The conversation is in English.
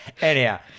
Anyhow